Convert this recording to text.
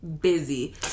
busy